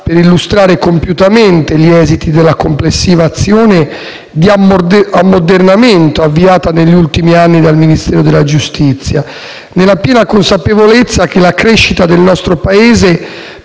di illustrare compiutamente gli esiti della complessiva azione di ammodernamento avviata negli ultimi anni dal Ministero della giustizia, nella piena consapevolezza che la crescita del nostro Paese